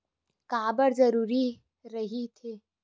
का बार जरूरी रहि थे?